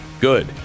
good